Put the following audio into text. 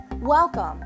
Welcome